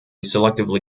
selectively